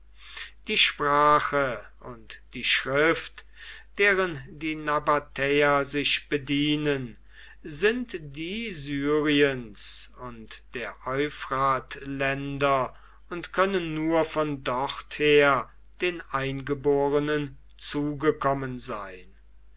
die sprache und die schrift deren die nabatäer sich bedienen sind die syriens und der euphratländer und können nur von dort her den eingeborenen zugekommen sein